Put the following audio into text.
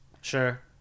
Sure